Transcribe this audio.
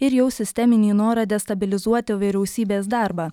ir jau sisteminį norą destabilizuoti vyriausybės darbą